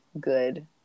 good